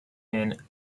and